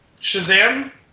Shazam